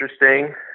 interesting